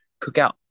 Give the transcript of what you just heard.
cookout